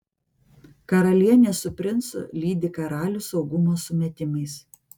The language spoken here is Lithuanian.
karalienė su princu lydi karalių saugumo sumetimais